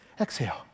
Exhale